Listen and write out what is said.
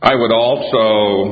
i would also